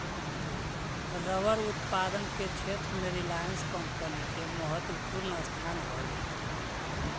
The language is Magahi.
रबर उत्पादन के क्षेत्र में रिलायंस कम्पनी के महत्त्वपूर्ण स्थान हई